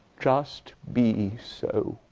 just be so.